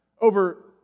over